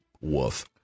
Woof